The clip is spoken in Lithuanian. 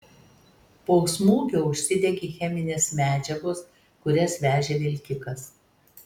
po smūgio užsidegė cheminės medžiagos kurias vežė vilkikas